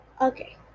Okay